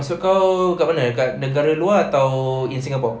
maksud kau kat mana kat negara luar atau in singapore